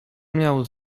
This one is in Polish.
miał